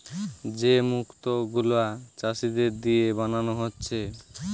যে মুক্ত গুলা চাষীদের দিয়ে বানানা হচ্ছে